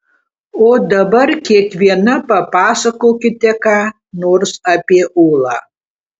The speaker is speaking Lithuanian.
o dabar kiekviena papasakokite ką nors apie ūlą